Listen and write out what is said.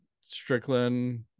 Strickland